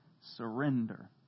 Surrender